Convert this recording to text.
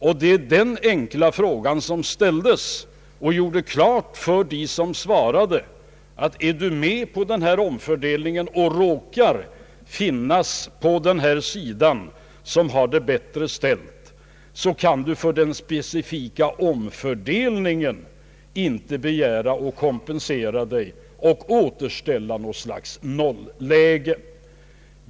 I den enkla fråga som ställdes gjordes det klart för dem som svarade att den som är med på den här om fördelningen och råkar finnas bland dem som har det bättre ställt inte kan begära kompensation för denna specifika omfördelning och återställa något slags nolläge.